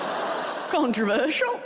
Controversial